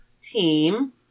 team